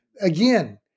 again